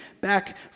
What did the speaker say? back